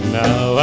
now